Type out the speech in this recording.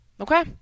okay